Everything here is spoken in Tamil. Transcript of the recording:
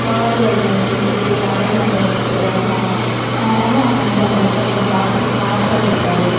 காடுகள்லேருந்து பெரிய பெரிய மலைகள்லேருந்து எடுக்கப்பட்டதாக இருக்கும் அதனால அங்கே வந்து அவ்வளோக்கா எந்த மாசு மாசும் இருந்திருக்காது